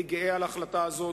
אני גאה על ההחלטה הזאת.